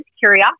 curiosity